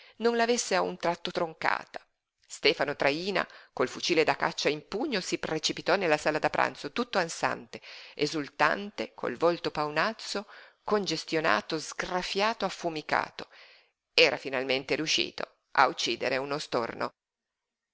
non la avesse a un tratto troncata stefano traína col fucile da caccia in pugno si precipitò nella sala da pranzo tutto ansante esultante col volto paonazzo congestionato sgraffiato affumicato era riuscito finalmente a uccidere uno storno